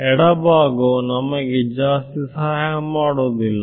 ಎಡಭಾಗವು ನಮಗೆ ಜಾಸ್ತಿ ಸಹಾಯ ಮಾಡುವುದಿಲ್ಲ